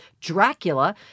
Dracula